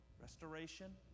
Restoration